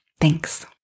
Thanks